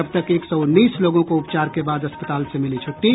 अब तक एक सौ उन्नीस लोगों को उपचार के बाद अस्पताल से मिली छुट्टी